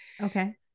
Okay